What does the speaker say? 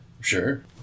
Sure